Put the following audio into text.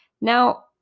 Now